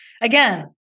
Again